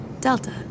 delta